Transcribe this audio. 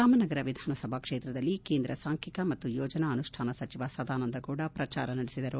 ರಾಮನಗರ ವಿಧಾನ ಸಭಾ ಕ್ಷೇತ್ರದಲ್ಲಿ ಕೇಂದ್ರ ಸಾಂಬ್ಜಿಕ ಮತ್ತು ಯೋಜನಾ ಅನುಷ್ಠಾನ ಸಚಿವ ಸದಾನಂದಗೌಡ ಪ್ರಚಾರ ನಡೆಸಿದರು